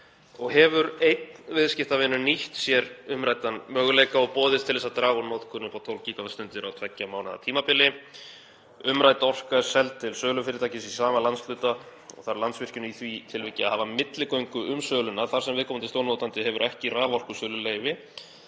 og hefur einn viðskiptavinur nýtt sér umræddan möguleika og boðist til þess að draga úr notkun upp á 12 GWst á 2 mánaða tímabili. Umrædd orka er seld til sölufyrirtækis í sama landshluta og þarf Landsvirkjun í því tilviki að hafa milligöngu um söluna þar sem viðkomandi stórnotandi hefur ekki raforkusöluleyfi